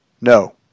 No